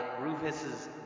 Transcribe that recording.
Rufus's